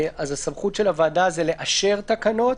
הסמכות של הוועדה היא לאשר תקנות,